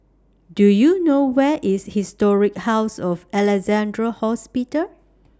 Do YOU know Where IS Historic House of Alexandra Hospital